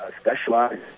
specialize